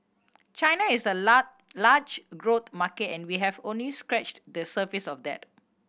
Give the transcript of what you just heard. China is a large growth market and we have only scratched the surface of that